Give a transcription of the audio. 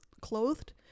clothed